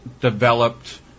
developed